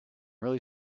really